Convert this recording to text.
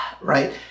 right